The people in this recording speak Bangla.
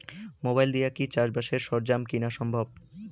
মোবাইল দিয়া কি চাষবাসের সরঞ্জাম কিনা সম্ভব?